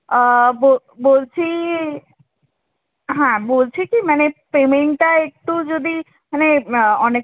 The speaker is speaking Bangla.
বলছি হ্যাঁ বলছি কি মানে পেমেন্টটা একটু যদি মানে অনেক